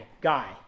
guy